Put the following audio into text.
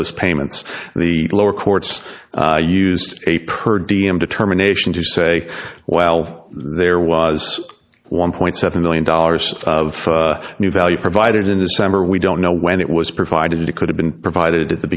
those payments the lower courts used a per d m determination to say well there was one point seven million dollars of new value provided in december we don't know when it was provided it could have been provided at the